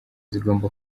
zigomba